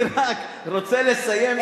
אני רק רוצה לסיים ולומר,